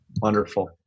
Wonderful